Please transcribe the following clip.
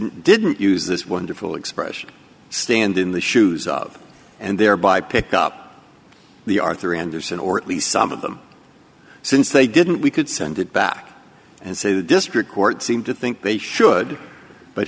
didn't use this wonderful expression stand in the shoes of and thereby pick up the arthur andersen or at least some of them since they didn't we could send it back and say the district court seem to think they should but